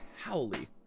Howley